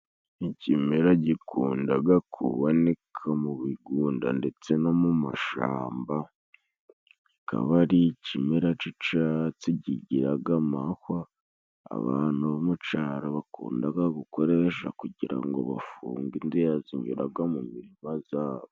Ikimera gikundaga kuboneka mu bigunda ndetse no mu mashamba, kikaba ari ikimera c'icaatsi kigiraga amahwa, abantu bo mu caro bakundaga gukoresha kugira ngo bafumbire indiza buhiraga mu mirima zabo.